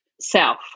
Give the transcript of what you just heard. self